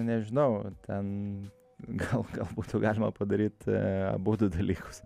nežinau ten gal gal galima daryt abudu dalykus